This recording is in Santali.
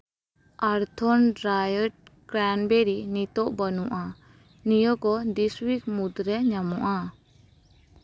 ᱟᱨᱛᱷᱚᱱ ᱰᱨᱟᱭᱮᱰ ᱠᱨᱮᱱᱵᱮᱨᱤ ᱱᱤᱛᱚᱜ ᱵᱟᱹᱱᱩᱜᱼᱟ ᱱᱤᱭᱟᱹ ᱠᱚ ᱫᱤᱥ ᱩᱭᱤᱠ ᱢᱩᱫᱽᱨᱮ ᱧᱟᱢᱚᱜᱼᱟ